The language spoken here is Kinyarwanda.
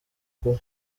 kuba